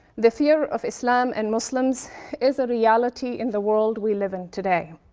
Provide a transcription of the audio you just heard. the fear of islam and muslims is a reality in the world we live in today.